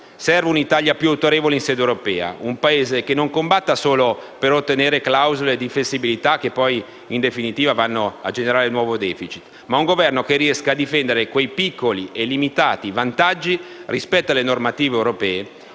Serve una Italia più autorevole in sede europea, un Paese che non combatta solo per ottenere clausole di flessibilità, che in definitiva vanno a generare nuovo *deficit*, ma un Governo che riesca a difendere quei piccoli e limitati vantaggi, rispetto alle normative europee,